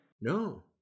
No